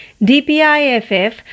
DPIFF